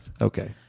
Okay